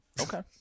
Okay